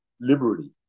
liberty